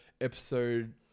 episode